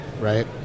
right